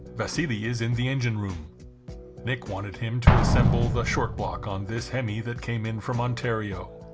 vasili is in the engine room nick wanted him to assemble the short walk on this hemi that came in from ontario